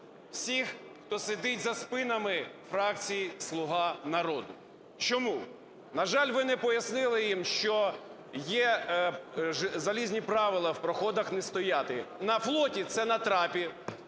всіх, хто сидить за спинами фракції "Слуга народу". Чому? На жаль, ви не пояснили їм, що є залізне правило: в проходах не стояти. На флоті – це на трапі,